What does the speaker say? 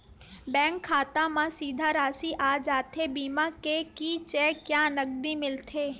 Bank खाता मा सीधा राशि आ जाथे बीमा के कि चेक या नकदी मिलथे?